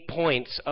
points